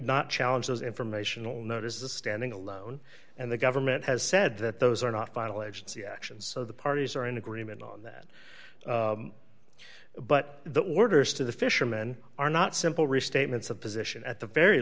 not challenge those informational notices standing alone and the government has said that those are not final agency actions so the parties are in agreement on that but the orders to the fisherman are not simple restatements of position at the very